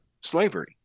slavery